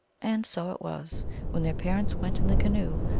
and so it was when their parents went in the ca noe,